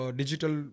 digital